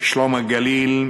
"שלום הגליל",